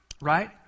right